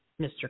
Mr